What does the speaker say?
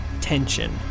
tension